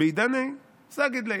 בעידניה סגיד ליה"